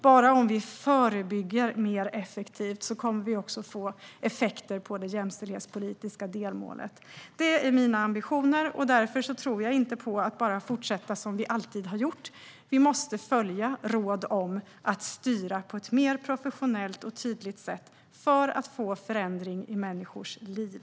Bara om vi förebygger mer effektivt kommer vi också att få effekter på det jämställdhetspolitiska delmålet. Detta är mina ambitioner. Därför tror jag inte på att bara fortsätta som vi alltid har gjort. Vi måste följa råd om att styra på ett mer professionellt och tydligt sätt för att få förändring i människors liv.